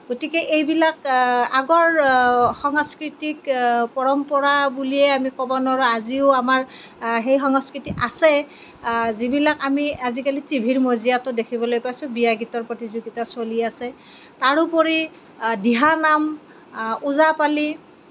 গতিকে এইবিলাক আগৰ সংস্কৃতিক পৰম্পৰা বুলিয়ে আমি ক'ব নোৱাৰো আজিও আমাৰ সেই সংস্কৃতি আছে যিবিলাক আমি আজি টিভিৰ মজিয়াতো দেখিবলৈ পাইছো বিয়া গীতৰ প্ৰতিযোগিতা চলি আছে তাৰোপৰি দিহানাম ওজাপালি